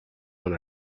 one